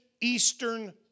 Eastern